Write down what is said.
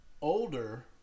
older